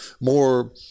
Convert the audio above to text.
more